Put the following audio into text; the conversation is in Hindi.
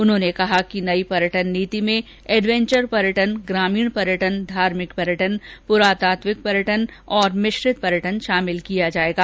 उन्होंने कहा कि नई पर्यटन नीति में एडवेंचर पर्यटन ग्रामीण पर्यटन धार्मिक पर्यटन पुरातातविक पर्यटन और मिश्रित पर्यटन शामिल किया जाएगा